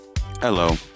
Hello